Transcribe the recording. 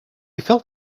felt